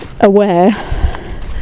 aware